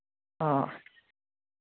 हां